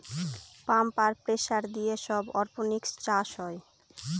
pump আর pressure দিয়ে সব অরপনিক্স চাষ হয়